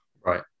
right